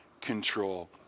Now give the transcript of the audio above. control